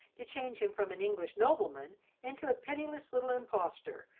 to change him from an english nobleman into a penniless little impostor,